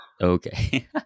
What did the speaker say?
Okay